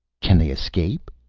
can they escape?